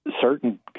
certain